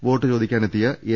vote ചോദിക്കാനെത്തിയ N